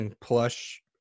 plush